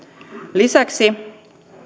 lisäksi